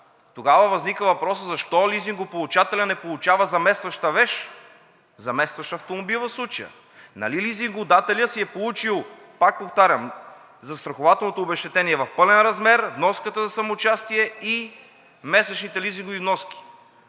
Тогава възниква въпросът: защо лизингополучателят не получава заместваща вещ, заместващ автомобил в случая? Нали лизингодателят си е получил, пак повтарям, застрахователното обезщетение в пълен размер, вноската за самоучастие и месечните лизингови вноски?